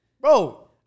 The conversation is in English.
Bro